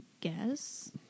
guess